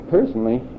Personally